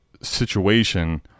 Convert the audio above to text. situation